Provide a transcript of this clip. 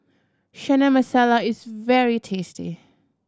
Chana Masala is very tasty